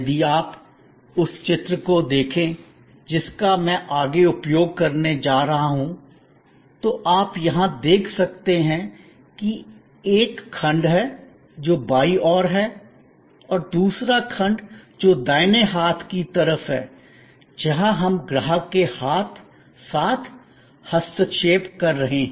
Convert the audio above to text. यदि आप उस चित्र को देखें जिसका मैं आगे उपयोग करने जा रहा हूं तो आप यहां देख सकते हैं कि एक खंड है जो बाईं ओर है और दूसरा खंड जो दाहिने हाथ की तरफ है जहां हम ग्राहक के साथ हस्तक्षेप कर रहे हैं